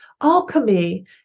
Alchemy